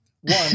One